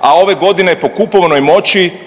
a ove godine po kupovnoj moći